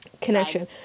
connection